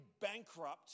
bankrupt